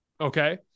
okay